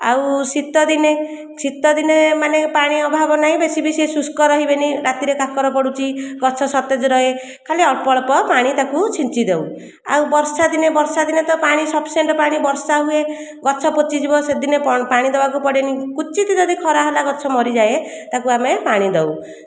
ଆଉ ଶୀତ ଦିନେ ଶୀତ ଦିନେ ମାନେ ପାଣି ଅଭାବ ନାହିଁ ବେଶୀ ବି ସେ ଶୁଷ୍କ ରହିବେନି ରାତିରେ କାକର ପଡ଼ୁଛି ଗଛ ସତେଜ ରହେ ଖାଲି ଅଳ୍ପ ଅଳ୍ପ ପାଣି ତାକୁ ଛିଞ୍ଚି ଦେଉ ଆଉ ବର୍ଷା ଦିନେ ବର୍ଷାଦିନେ ତ ପାଣି ସଫିସିଏଣ୍ଟ ପାଣି ବର୍ଷା ହୁଏ ଗଛ ପଚି ଯିବ ସେଦିନେ ପାଣି ଦେବାକୁ ପଡ଼େ ନାହିଁ କ୍ୱଚିତ ଯଦି ଖରା ହେଲା ଗଛ ମରିଯାଏ ତାକୁ ଆମେ ପାଣି ଦେଉ